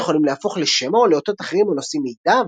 אלה יכולים להפוך לשמע או לאותות אחרים הנושאים מידע,